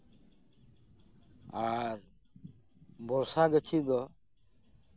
ᱟᱨ ᱵᱚᱨᱥᱟ ᱜᱟᱹᱪᱷᱤ ᱫᱚ